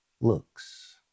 looks